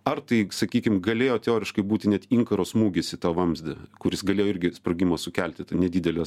ar tai sakykim galėjo teoriškai būti net inkaro smūgis į tą vamzdį kuris galėjo irgi sprogimą sukelti tą nedidelės